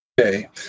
Okay